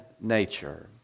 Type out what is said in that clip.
nature